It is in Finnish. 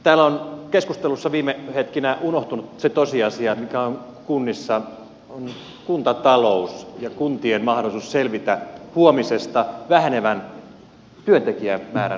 täällä on keskustelussa viime hetkinä unohtunut se tosiasia mikä on kunnissa kuntatalous ja kuntien mahdollisuus selvitä huomisesta vähenevän työntekijämäärän vallitessa